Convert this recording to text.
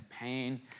pain